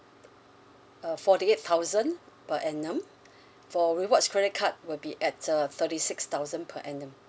uh forty eight thousand per annum for rewards credit card will be at uh thirty six thousand per annum